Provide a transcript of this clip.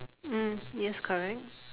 mm yes correct